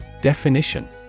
Definition